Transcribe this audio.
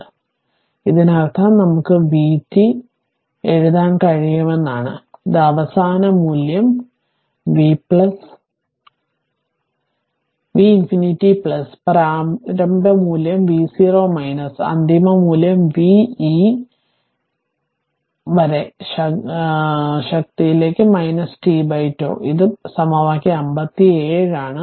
അതിനാൽ ഇതിനർത്ഥം നമുക്ക് vt v എഴുതാൻ കഴിയുമെന്നാണ് ഇത് അവസാന മൂല്യം v ∞ പ്രാരംഭ മൂല്യം v0 അന്തിമ മൂല്യം v e മുതൽ e വരെ ശക്തിയിലേക്ക് t τ ഇത് സമവാക്യം 57 ആണ്